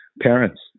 parents